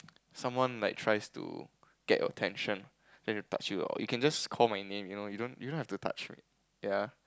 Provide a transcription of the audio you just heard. someone like tries to get your attention then they touch you you can just call my name you know you don't have to touch me ya